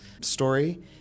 story